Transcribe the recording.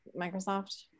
microsoft